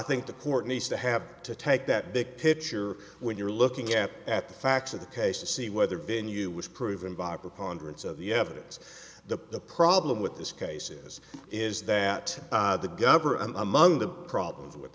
think the court needs to have to take that big picture when you're looking at at the facts of the case to see whether venue was proven by preponderance of the evidence the problem with these cases is that the gover and among the problems with